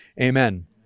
Amen